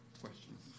questions